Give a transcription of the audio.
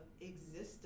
existence